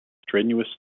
strenuous